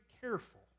careful